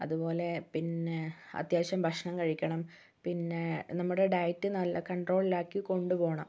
അതുപോലെ പിന്നെ അത്യാവശ്യം ഭക്ഷണം കഴിക്കണം പിന്നെ നമ്മുടെ ഡയറ്റ് നല്ല കൊണ്ട് പോകണം